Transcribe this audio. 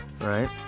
right